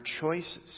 choices